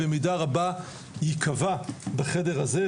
במידה רבה ייקבע בחדר הזה,